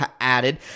added